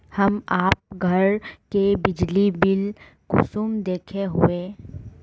हम आप घर के बिजली बिल कुंसम देखे हुई?